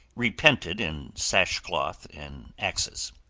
repented in sashcloth and axes.